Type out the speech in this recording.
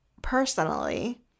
personally